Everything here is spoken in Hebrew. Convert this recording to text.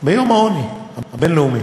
ביום העוני הבין-לאומי,